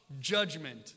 judgment